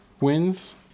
wins